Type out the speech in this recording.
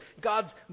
God's